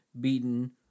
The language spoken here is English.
beaten